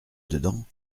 dedans